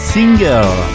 Single